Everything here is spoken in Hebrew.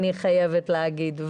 אני חייבת להגיד,